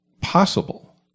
possible